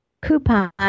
coupon